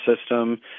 system